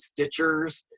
stitchers